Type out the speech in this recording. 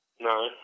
No